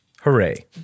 Hooray